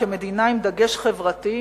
כמדינה עם דגש חברתי.